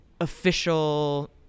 official